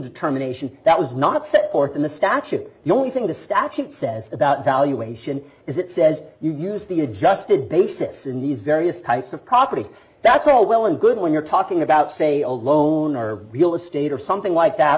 determination that was not set forth in the statute the only thing the statute says about valuation is it says you use the adjusted basis in these various types of properties that's all well and good when you're talking about say a loan or real estate or something like that